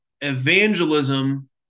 evangelism